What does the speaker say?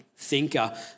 Thinker